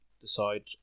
decide